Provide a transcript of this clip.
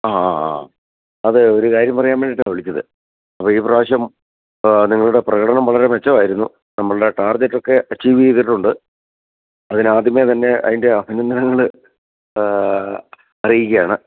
ആ ആ ആ അതെ ഒരു കാര്യം പറയാന് വേണ്ടിയിട്ടാണ് വിളിച്ചത് അപ്പോൾ ഈ പ്രാവശ്യം നിങ്ങളുടെ പ്രകടനം വളരെ മെച്ചമായിരുന്നു നമ്മളുടെ ടാർഗെറ്റ് ഒക്കെ അച്ചീവ് ചെയ്തിട്ടുണ്ട് അതിനു ആദ്യമേ തന്നെ അതിൻ്റെ അഭിനന്ദനങ്ങൾ അറിയിക്കുകയാണ്